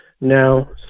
now